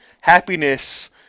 Happiness